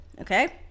okay